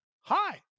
hi